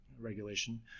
regulation